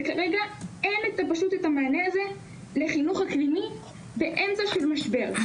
כרגע אין פשוט את המענה הזה לחינוך אקלימי באמצע של משבר,